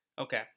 Okay